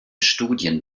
studien